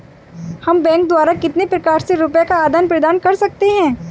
हम बैंक द्वारा कितने प्रकार से रुपये का आदान प्रदान कर सकते हैं?